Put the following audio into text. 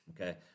Okay